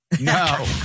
no